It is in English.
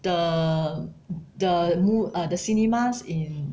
the the mo~ uh the cinemas in